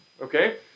okay